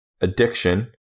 addiction